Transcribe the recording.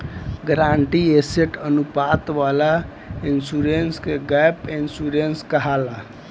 guaranteed asset अनुपात वाला insurance के गैप इंश्योरेंस कहाला